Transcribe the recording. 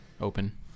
open